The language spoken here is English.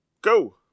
go